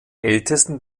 ältesten